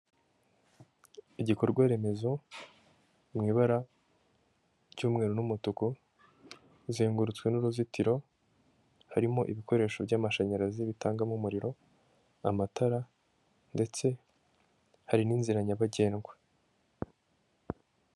Igikorwa remezo mu ibara ry'umweru n'umutuku uzengurutswe n'uruzitiro, harimo ibikoresho by'amashanyarazi bitangamo umuriro, amatara ndetse hari n'inzira nyabagendwa.